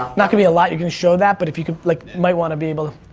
not gonna be a lot. you're gonna show that but if you can, like might want to be able.